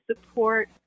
support